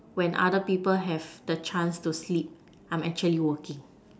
when other people have the chance to sleep I am actually working